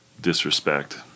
disrespect